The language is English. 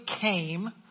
came